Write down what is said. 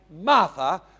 Martha